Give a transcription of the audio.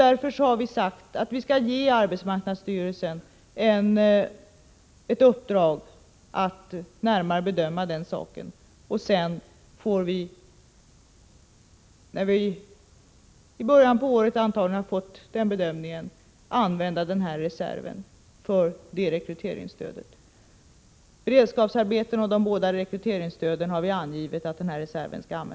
Därför har vi sagt att vi skall ge arbetsmarknadsstyrelsen i uppdrag att närmare bedöma den saken. När den bedömningen har gjorts — antagligen i början av året — får vi använda den reserven för det rekryteringsstödet. Vi har angivit att reserven skall begagnas för beredskapsarbetena och de båda rekryteringsstöden.